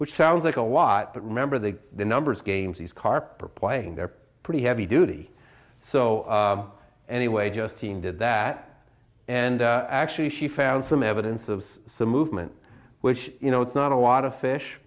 which sounds like a lot but remember the the numbers games these carp are playing they're pretty heavy duty so anyway just team did that and actually she found some evidence of the movement which you know it's not a lot of fish